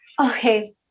Okay